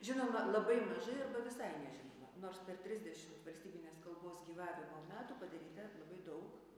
žinoma labai mažai arba visai nežinoma nors per trisdešim valstybinės kalbos gyvavimo metų padaryta labai daug